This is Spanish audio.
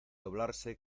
doblarse